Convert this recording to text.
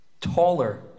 taller